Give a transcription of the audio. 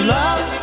love